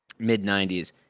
mid-'90s